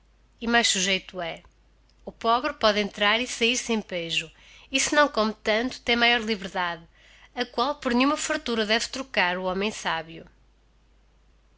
e mais sujeito he o pobre pôde entrar e sahir sem pejo e se não come tanto tem maior liberdade a qual por nenliuma fartura deve trocar o homem sábio